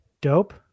dope